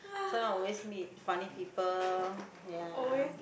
sometime always meet funny people ya